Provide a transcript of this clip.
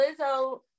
Lizzo